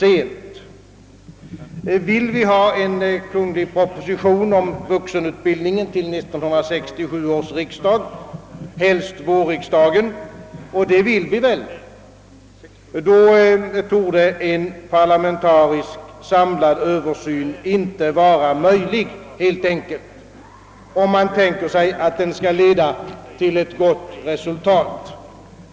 Om vi vill ha en kungl. proposition om vuxenutbildningen till 1967 års riksdag, helst till vårriksdagen — och det vill vi väl — så torde en samlad parlamentarisk översyn helt enkelt inte vara möjlig, om den skall kunna leda till ett gott resultat.